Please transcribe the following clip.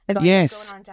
yes